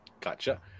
gotcha